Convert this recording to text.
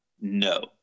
no